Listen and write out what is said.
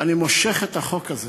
אני מושך את החוק הזה.